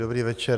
Dobrý večer.